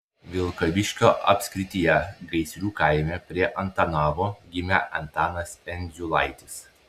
vilkaviškio apskrityje gaisrių kaime prie antanavo gimė antanas endziulaitis